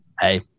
hey